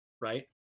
right